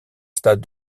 stade